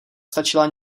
stačila